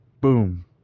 boom